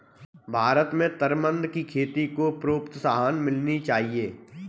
भारत में तरमिंद की खेती को प्रोत्साहन मिलनी चाहिए